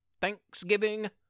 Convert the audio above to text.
Thanksgiving